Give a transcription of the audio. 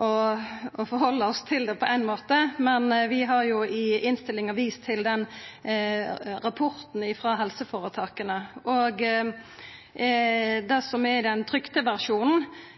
å sjå korleis vi skal stilla oss til det på ein måte, men vi har i innstillinga vist til rapporten frå helseføretaka. I den trykte versjonen står det